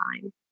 time